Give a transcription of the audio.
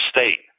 State